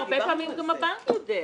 הלקוח יודע והרבה פעמים גם הבנק יודע.